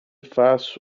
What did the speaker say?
faço